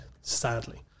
sadly